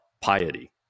piety